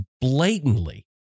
blatantly